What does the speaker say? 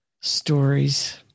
stories